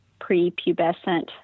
prepubescent